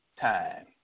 time